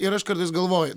ir aš kartais galvoju